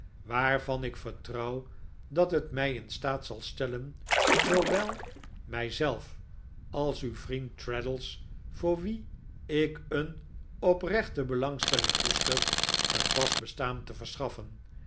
waarvan ik vertrouw dat het mij in staat zal stellen zoowel mij zelf als uw vriend traddles yoor wien ik een oprechte belangstelling koester een vast bestaan te verschaffen